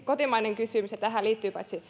kotimainen kysymys ja tähän liittyvät